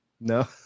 No